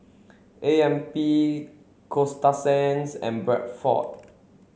A M P Coasta Sands and Bradford